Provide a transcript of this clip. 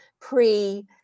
pre-